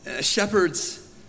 Shepherds